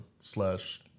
slash